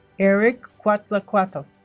erik cuatlacuatl